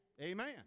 Amen